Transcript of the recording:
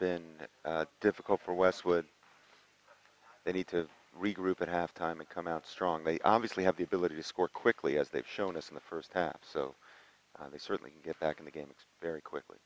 been difficult for westwood they need to regroup at halftime and come out strong they obviously have the ability to score quickly as they've shown us in the first half so they certainly get back in the game very quickly